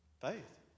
Faith